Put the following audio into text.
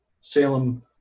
Salem